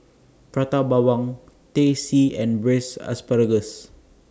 Prata Bawang Teh C and Braised Asparagus